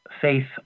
Faith